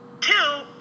two